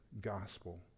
gospel